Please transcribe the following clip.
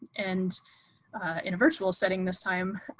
and in virtual setting this time,